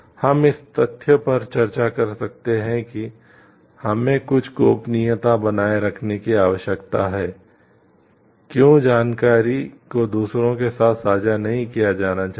हम इस तथ्य पर चर्चा कर सकते हैं कि हमें कुछ गोपनीयता बनाए रखने की आवश्यकता है क्यों जानकारी को दूसरों के साथ साझा नहीं किया जाना चाहिए